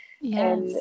Yes